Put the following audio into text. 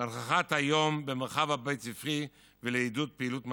להנכיח את היום במרחב הבית ספרי ולעודד פעילות מתאימה.